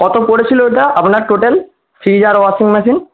কত পড়েছিল ওটা আপনার টোটাল ফ্রিজ আর ওয়াশিং মেশিন